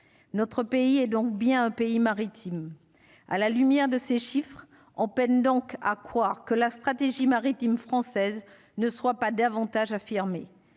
notre pays est donc bien un pays maritime à la lumière de ces chiffres en peine donc à croire que la stratégie maritime française ne soit pas davantage affirmé